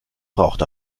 braucht